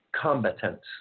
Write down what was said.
combatants